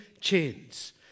chains